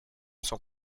sont